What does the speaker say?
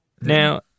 Now